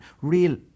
real